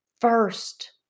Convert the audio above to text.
first